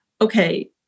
okay